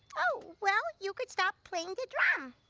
oh well you could stop playing the drums. um